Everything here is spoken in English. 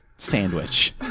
Sandwich